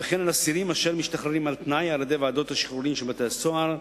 וכן אסירים אשר משתחררים על-תנאי על-ידי ועדות השחרורים של בתי-הסוהר,